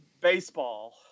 baseball